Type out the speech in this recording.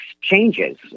changes